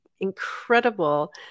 Incredible